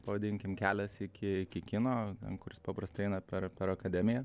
pavadinkim kelias iki iki kino kuris paprastai eina per per akademiją